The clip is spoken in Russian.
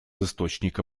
источника